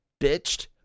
bitched